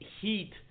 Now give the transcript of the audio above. heat